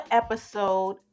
episode